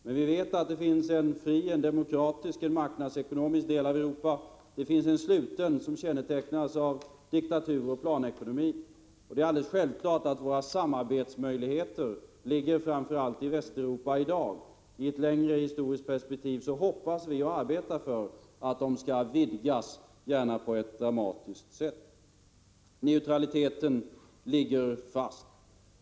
Men vi vet att det finns en fri, en demokratisk, en marknadsekonomisk del av Europa och att det finns en sluten del, som kännetecknas av diktatur och planekonomi. Det är alldeles självklart att våra samarbetsmöjligheter i dag framför allt ligger i Västeuropa. I ett längre perspektiv hoppas vi och arbetar för att dessa möjligheter skall vidgas, gärna på ett dramatiskt sätt. Neutraliteten ligger fast.